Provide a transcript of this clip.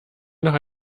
noch